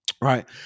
right